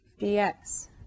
dx